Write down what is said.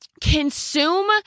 consume